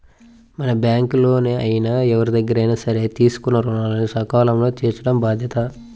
మనం బ్యేంకుల్లో అయినా ఎవరిదగ్గరైనా సరే తీసుకున్న రుణాలను సకాలంలో తీర్చటం బాధ్యత